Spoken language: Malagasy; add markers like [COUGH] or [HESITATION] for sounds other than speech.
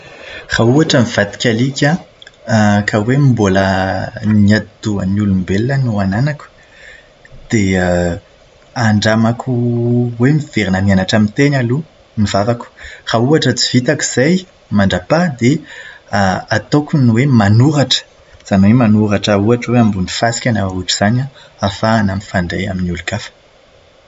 Raha ohatra mivadika alika aho, [HESITATION] raha hoe mbola ny atidohan'ny olombelona no hananako, dia [HESITATION] andramako hoe miverina mianatra miteny aloha ny vavako. Raha ohatra tsy vitako izay, mandrapà dia ataoko ny hoe manoratra, izany hoe manoratra ohatra hoe ambony fasika na zavatra ohatr'izany an, ahafahana mifandray amin'olon-kafa.